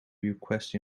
request